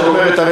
שאת אומרת,